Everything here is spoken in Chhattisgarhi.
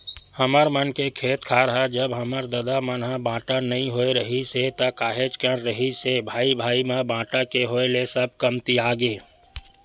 हमर मन के खेत खार ह जब हमर ददा मन ह बाटा नइ होय रिहिस हे ता काहेच कन रिहिस हे भाई भाई म बाटा के होय ले सब कमतियागे